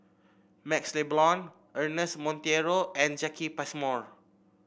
MaxLe Blond Ernest Monteiro and Jacki Passmore